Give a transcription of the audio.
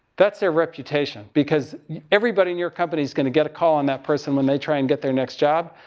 that's their reputation. because everybody in your company is going to get a call on that person when they try and get their next job,